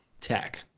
tech